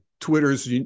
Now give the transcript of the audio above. Twitter's